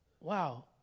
wow